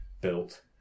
built